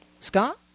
Scott